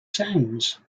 sounds